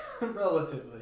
Relatively